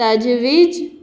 तजवीज